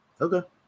Okay